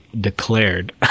declared